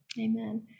Amen